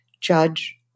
judge